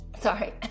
Sorry